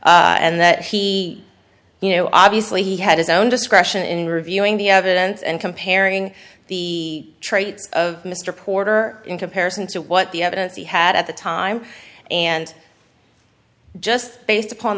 tip and that he you know obviously he had his own discretion in reviewing the evidence and comparing the traits of mr porter in comparison to what the evidence he had at the time and just based upon